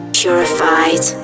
purified